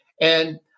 And-